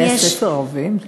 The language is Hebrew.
בתי-הספר הערביים?